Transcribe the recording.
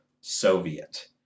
Soviet